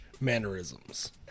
mannerisms